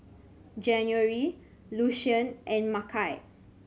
January Lucien and Makai